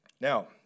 Now